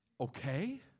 Okay